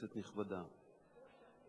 כנסת נכבדה,